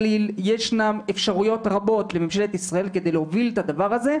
ישנן אפשרויות רבות לממשלת ישראל כדי להוביל את הדבר הזה,